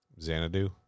Xanadu